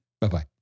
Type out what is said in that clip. Bye-bye